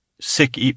sick